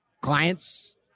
clients